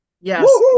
Yes